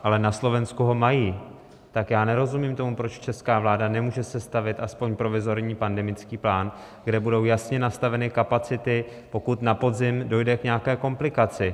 Ale na Slovensku ho mají, tak já nerozumím tomu, proč česká vláda nemůže sestavit aspoň provizorní pandemický plán, kde budou jasně nastaveny kapacity, pokud na podzim dojde k nějaké komplikaci.